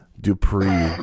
Dupree